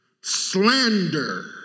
slander